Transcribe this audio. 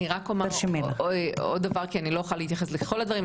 אני רק אומר עוד דבר כי אני לא אוכל להתייחס לכל הדברים,